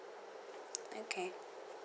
okay